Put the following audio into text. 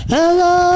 Hello